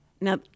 now